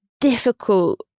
difficult